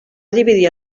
dividir